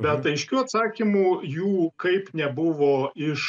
bet aiškių atsakymų jų kaip nebuvo iš